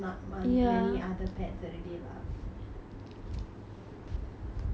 so வேற என்ன உன் உன்:vera enna un un life leh interesting ah இருக்கு:irukku